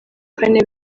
kane